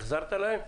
האם החזרת להם?